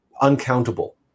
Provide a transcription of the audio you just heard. uncountable